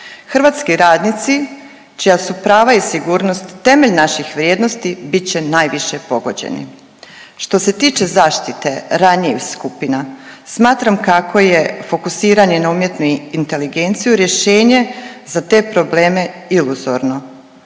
Hrvatski radnici čija su prava i sigurnost temelj naših vrijednosti, bit će najviše pogođeni. Što se tiče zaštite ranjivih skupina, smatram kako je fokusiranje na umjetnu inteligenciju rješenje za te probleme iluzorno.